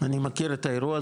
אני מכיר את האירוע,